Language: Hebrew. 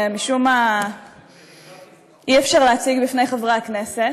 שמשום מה אי-אפשר להציג בפני חברי הכנסת,